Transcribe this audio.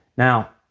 now,